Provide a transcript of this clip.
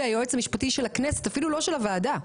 היועץ המשפטי של הכנסת אפילו לא של הוועדה,